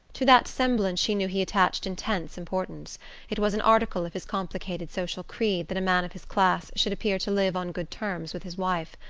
to that semblance she knew he attached intense importance it was an article of his complicated social creed that a man of his class should appear to live on good terms with his wife.